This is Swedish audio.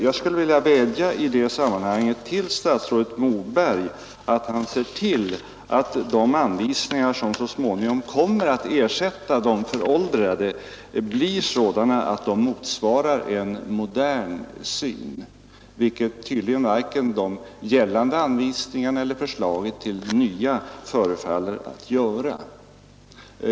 Jag vill i det sammanhanget vädja till statsrådet Moberg att han ser till att de anvisningar, som så småningom kommer att ersätta de nuvarande föråldrade, utformas så att de motsvarar en modern syn. Det gör tydligen varken de nuvarande eller de föreslagna.